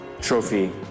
trophy